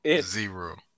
Zero